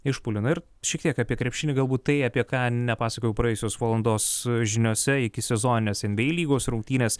išpuolių na ir šiek tiek apie krepšinį galbūt tai apie ką nepasakojau praėjusios valandos žiniose ikisezoninės nba lygos rungtynės